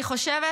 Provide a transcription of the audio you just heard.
אני חושבת,